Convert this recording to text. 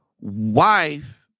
wife